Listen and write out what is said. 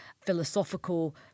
philosophical